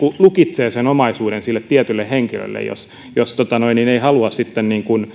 lukitsee omaisuuden sille tietylle henkilölle jos jos ei halua sitten